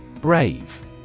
Brave